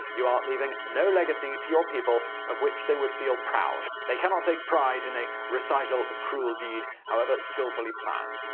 you are leaving no legacy to your people of which they would feel proud. they cannot take pride in a recital of cruel deed, however skilfully planned.